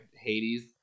hades